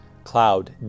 Cloud